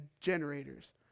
generators